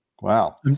Wow